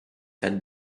had